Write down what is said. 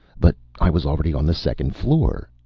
but i was already on the second floor.